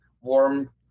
warm